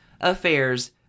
affairs